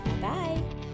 bye